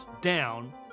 down